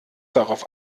darauf